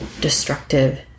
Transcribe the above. destructive